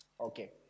Okay